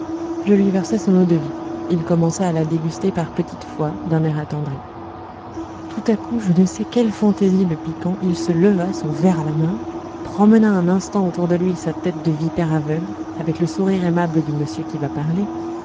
je lui versai son eau-de-vie il commença à la déguster par petites fois d'un air attendri tout à coup je ne sais quelle fantaisie le piquant il se leva son verre à la main promena un instant autour de lui sa tête de vipère aveugle avec le sourire aimable du monsieur qui va parler